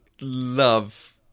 love